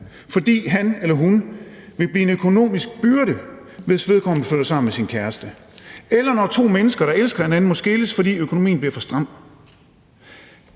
fordi vedkommende vil blive en økonomisk byrde, hvis han eller hun flytter sammen med sin kæreste, eller når to mennesker, der elsker hinanden, må skilles, fordi økonomien bliver for stram.